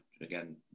again